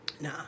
Nah